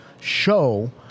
show